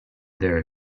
their